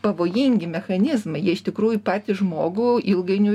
pavojingi mechanizmai jie iš tikrųjų patį žmogų ilgainiui